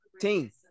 team